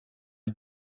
les